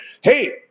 hey